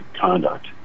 conduct